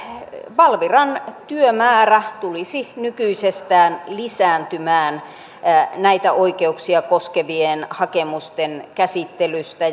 valviran työmäärä tulisi nykyisestään lisääntymään näistä oikeuksia koskevien hakemusten käsittelystä